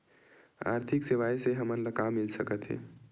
आर्थिक सेवाएं से हमन ला का मिल सकत हे?